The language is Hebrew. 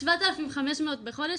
שבעת אלפים חמש מאות בחודש,